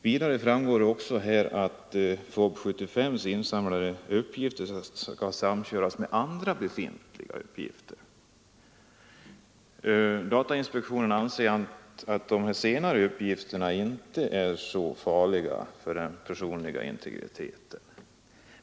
Vidare framgår att insamlade uppgifter från FoB 75 skall samköras med andra befintliga uppgifter. Datainspektionen anser att de senare uppgifterna inte är så riskabla för den personliga integriteten.